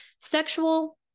Sexual